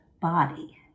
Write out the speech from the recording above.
body